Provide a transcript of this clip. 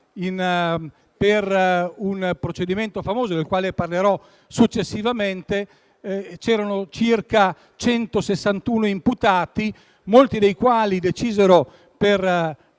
per un processo famoso - del quale parlerò successivamente - c'erano circa 161 imputati, molti dei quali decisero per